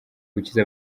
gukiza